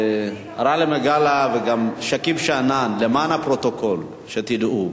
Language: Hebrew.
מג'אדלה וגם שכיב שנאן, למען הפרוטוקול, שתדעו,